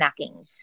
snacking